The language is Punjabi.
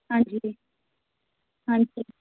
ਹਾਂਜੀ ਹਾਂਜੀ